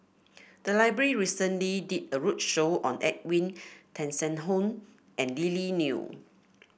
the library recently did a roadshow on Edwin Tessensohn and Lily Neo